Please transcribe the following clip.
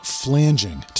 flanging